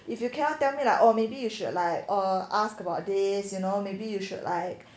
if you cannot tell me like oh maybe you should like oh asked about this you know maybe you should like